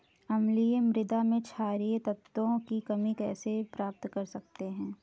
अम्लीय मृदा में क्षारीए तत्वों की कमी को कैसे पूरा कर सकते हैं?